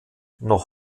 noch